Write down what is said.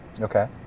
Okay